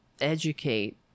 educate